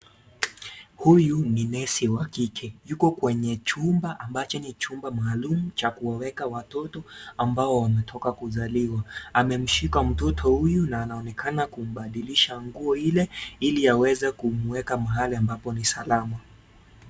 Huyu ni nesi wa kike, yuko kwenye chumba ambacho ni chumba maalumu cha kuwaweka watoto ambao wametoka kuzaliwa. Amemshika mtoto huyu na anaonekana kumbadilisha nguo ile, ili aweze kumwekwa mahalia ambapo ni salama.